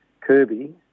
Kirby